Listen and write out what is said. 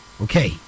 okay